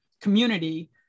community